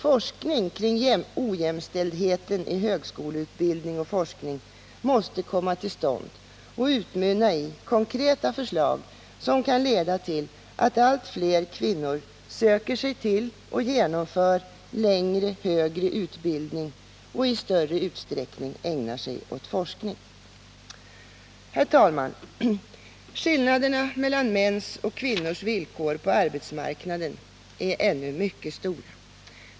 Forskning kring ojämställdheten i högskoleutbildning och forskning måste komma till stånd och utmynna i konkreta förslag, som kan leda till att allt fler kvinnor söker sig till och genomför längre, högre utbildning och i större utsträckning ägnar sig åt forskning. Herr talman! Skillnaderna mellan mäns och kvinnors villkor på arbetsmarknaden ä nu mycket stora.